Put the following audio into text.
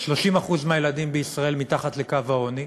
30% מהילדים בישראל מתחת לקו העוני,